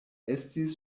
estis